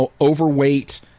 overweight